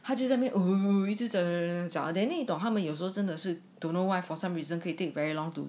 他就在那边记得找那懂他们有时候真的是 don't know why for some reason can take very long to